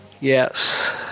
Yes